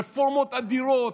רפורמות אדירות,